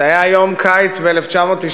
זה היה יום קיץ ב-1992,